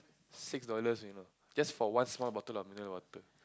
six dollars you know just for one small bottle of mineral water